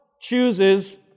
chooses